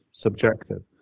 subjective